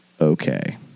okay